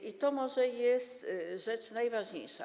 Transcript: I to może jest rzecz najważniejsza.